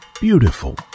Beautiful